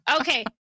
Okay